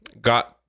got